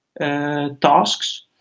tasks